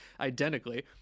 identically